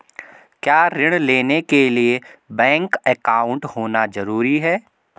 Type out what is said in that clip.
क्या ऋण लेने के लिए बैंक अकाउंट होना ज़रूरी है?